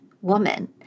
woman